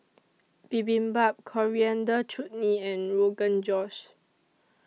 Bibimbap Coriander Chutney and Rogan Josh